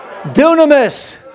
Dunamis